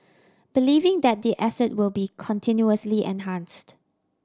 believing that the asset will be continuously enhanced